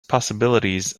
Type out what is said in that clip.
possibilities